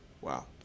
Wow